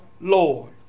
Lord